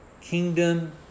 kingdom